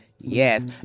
yes